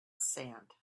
sand